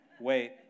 wait